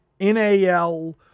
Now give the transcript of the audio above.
NAL